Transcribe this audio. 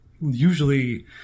usually